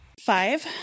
Five